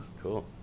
cool